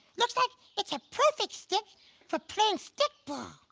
looks like it's a perfect stick for playing stick ball.